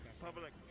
Public